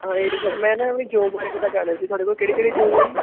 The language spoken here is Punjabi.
ਹਾਂਜੀ ਸਰ ਮੈਂ ਨਾ ਆਪਣੀ ਜੌਬ ਬਾਰੇ ਪਤਾ ਕਰਨਾ ਸੀ ਤੁਹਾਡੇ ਕੋਲ ਕਿਹੜੀ ਕਿਹੜੀ ਜੌਬ ਹੈ ਜੀ